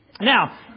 Now